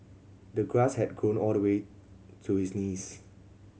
the grass had grown all the way to his knees